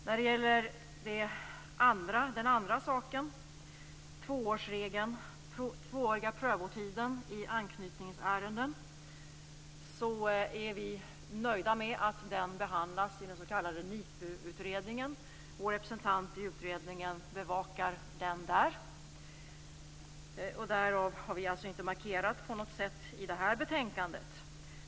När det gäller den andra frågan, den tvååriga prövotiden i anknytningsärenden, är vi nöjda med att den behandlas i den s.k. NIPU-utredningen. Vår representant i utredningen bevakar den där. Därav följer att vi inte har markerat på något sätt i det här betänkandet.